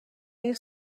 این